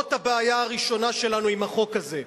זאת הבעיה הראשונה שלנו עם החוק הזה.